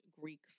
Greek